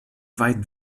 weiden